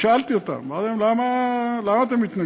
שאלתי אותם: למה אתם מתנגדים?